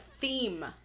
theme